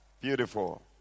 Beautiful